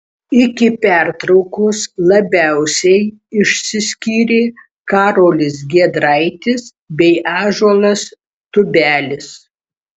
iki pertraukos labiausiai išsiskyrė karolis giedraitis bei ąžuolas tubelis